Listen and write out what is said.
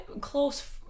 close